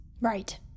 Right